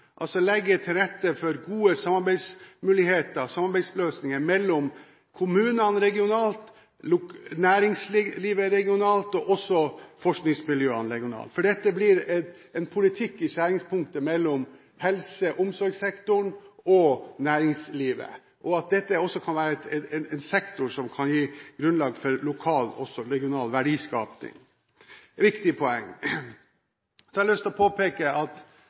altså legge til rette for gode samarbeidsmuligheter og samarbeidsløsninger mellom kommunene regionalt, næringslivet regionalt og også forskningsmiljøene regionalt. For dette blir en politikk i skjæringspunktet mellom helse- og omsorgssektoren og næringslivet, og det kan være en sektor som kan gi grunnlag for lokal og regional verdiskaping. Det er et viktig poeng. Så har jeg lyst til å påpeke at